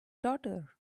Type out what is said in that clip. daughter